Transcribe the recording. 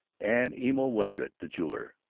and emil wengert, the jeweler,